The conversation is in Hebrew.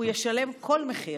הוא ישלם כל מחיר.